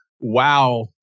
Wow